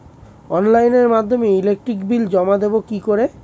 অনলাইনের মাধ্যমে electric bill জমা দেবো কি করে?